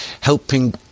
helping